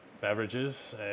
beverages